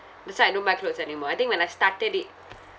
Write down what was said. that's why I don't buy clothes anymore I think when I started it